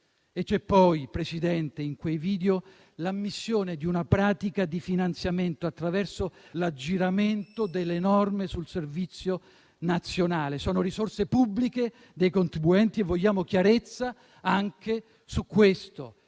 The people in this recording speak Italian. E c'è poi, Presidente, in quei video, l'ammissione di una pratica di finanziamento attraverso l'aggiramento delle norme sul servizio civile nazionale. Sono risorse pubbliche, dei contribuenti, e vogliamo chiarezza anche su questo!